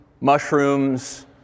mushrooms